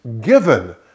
given